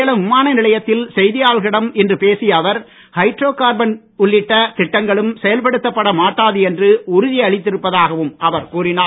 சேலம் விமான நிலையத்தில் செய்தியாளர்களிடம் இன்று பேசிய அவர் ஹைட்ரோ கார்பன் உள்ளிட்ட திட்டங்களும் செயல்படுத்தப்பட மாட்டாது என்று உறுதியளித்திருப்பதாகவும் அவர் கூறினார்